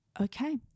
Okay